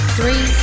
Three